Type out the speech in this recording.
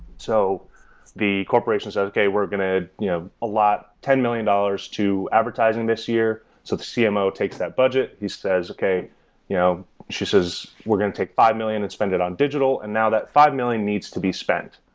so the corporation says, okay. we're going to you know allot ten million dollars to advertising this year, so the cmo takes that budget. he says, okay you know she says, we're going to take five million and spend it on digital. and now, that five million needs to be spent.